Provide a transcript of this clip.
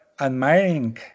admiring